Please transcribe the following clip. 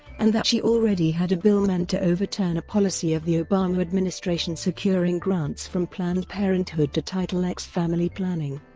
and that she already had a bill meant to overturn a policy of the obama administration securing grants from planned parenthood to title x family planning,